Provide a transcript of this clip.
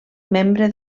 membre